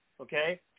Okay